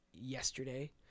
Yesterday